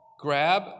Grab